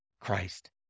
Christ